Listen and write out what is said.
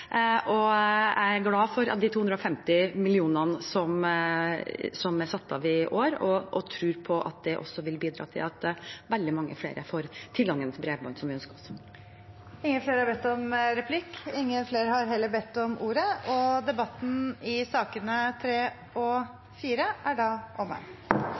og aktivitet rundt omkring i hele landet. Mer penger til bredbånd vil en digitaliseringsminister aldri si nei til. Jeg er glad for de 250 millionene som er satt av i år, og tror at det også vil bidra til at veldig mange flere får tilgang til bredbånd, som vi ønsker oss. Replikkordskiftet er omme. Flere har ikke bedt om ordet til sakene nr. 3 og